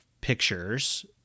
pictures